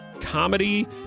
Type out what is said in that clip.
comedy